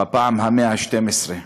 בפעם ה-112,